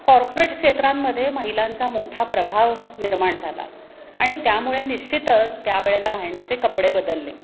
corporate क्षेत्रांमध्ये महिलांचा मोठा प्रभाव निर्माण झाला आणि त्यामुळे निश्चितच त्यावेळेला घालण्याचे कपडे बदलले